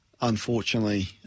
unfortunately